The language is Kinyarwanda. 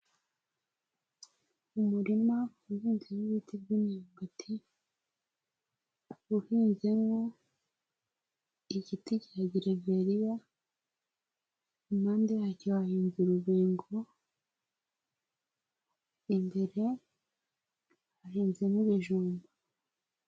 Umurima uhinzemo ibiti by'imyumbati uhinzemo igiti cya gereveriya impande yacyo hahindze urubingo, imbere hahinzemo ibijumba.